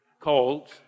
called